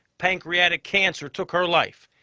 pancreatic cancer took her life.